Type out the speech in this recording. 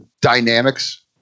dynamics